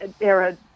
era